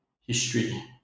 history